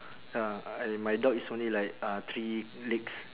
ya uh my dog is only like uh three legs